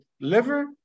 liver